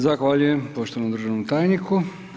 Zahvaljujem poštovanom državnom tajniku.